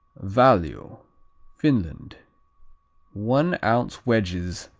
valio finland one-ounce wedges,